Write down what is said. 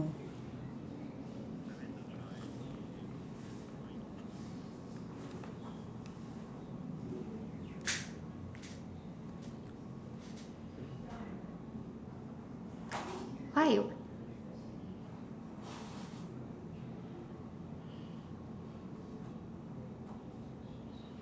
why